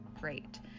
great